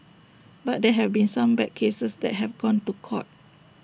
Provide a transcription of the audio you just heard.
but there have been some bad cases that have gone to court